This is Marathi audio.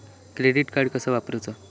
क्रेडिट कार्ड कसा वापरूचा?